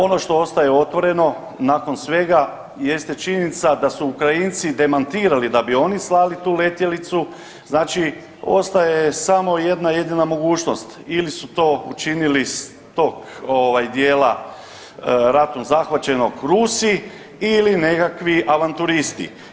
Ono što ostaje otvoreno nakon svega jeste činjenica da su Ukrajinci demantirali da bi oni slali tu letjelicu, znači ostaje samo jedna jedina mogućnost ili su to učinili s tog dijela ratom zahvaćenog Rusi ili nekakvi avanturisti.